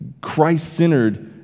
Christ-centered